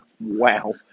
Wow